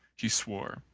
he swore.